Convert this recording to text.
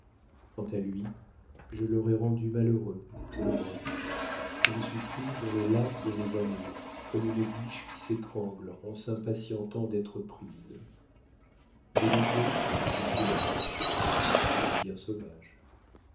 quant à lui je l'aurais rendu malheureux je le vois je me suis prise dans les lacs de mes amours comme une biche qui s'étrangle en s'impatientant d'être prise de nous deux je suis la biche et bien sauvage